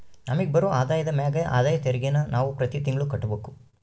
ನಮಿಗ್ ಬರೋ ಆದಾಯದ ಮ್ಯಾಗ ಆದಾಯ ತೆರಿಗೆನ ನಾವು ಪ್ರತಿ ತಿಂಗ್ಳು ಕಟ್ಬಕು